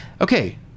okay